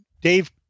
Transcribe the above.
Dave